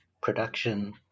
production